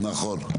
נכון.